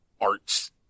arts